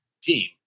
team